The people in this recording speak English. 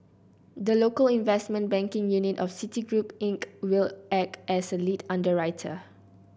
the local investment banking unit of Citigroup Inc will act as lead underwriter